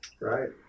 Right